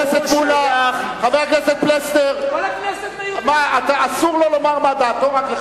חבר הכנסת פלסנר, כל הכנסת זה משחק ילדים?